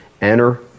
Enter